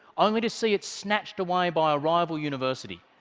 only to see it snatched away by a rival university.